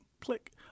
Click